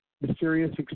mysterious